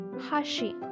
Hashi